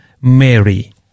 Mary